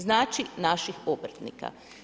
Znači naših obrtnika.